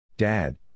Dad